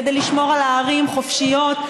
כדי לשמור על הערים חופשיות,